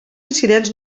incidents